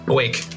Awake